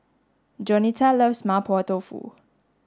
Jaunita loves Mapo tofu